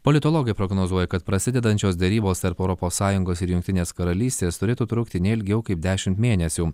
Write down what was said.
politologai prognozuoja kad prasidedančios derybos tarp europos sąjungos ir jungtinės karalystės turėtų trukti neilgiau kaip dešim mėnesių